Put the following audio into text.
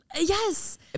Yes